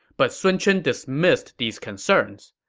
but sun chen dismissed these concerns.